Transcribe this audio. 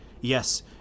Yes